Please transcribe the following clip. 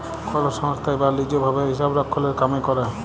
call সংস্থায় বা lease ভাবে হিসাবরক্ষলের কামে ক্যরে